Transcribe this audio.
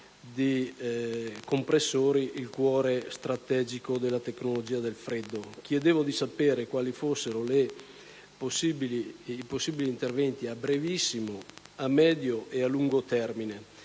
di compressori, il cuore strategico della tecnologia del freddo. Chiedevo di sapere quali fossero i possibili interventi a brevissimo, a medio e a lungo termine.